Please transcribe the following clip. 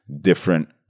different